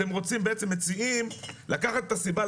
אתם בעצם מציעים לקחת את הסיבה,